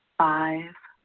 five,